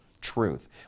truth